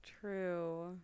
True